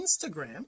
Instagram